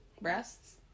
Breasts